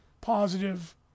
positive